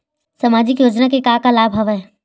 सामाजिक योजना के का का लाभ हवय?